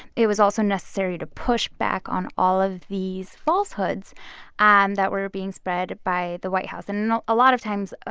it was also necessary to push back on all of these falsehoods and that were being spread by the white house. and you know a lot of times,